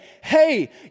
hey